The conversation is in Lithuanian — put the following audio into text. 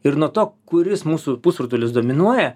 ir nuo to kuris mūsų pusrutulis dominuoja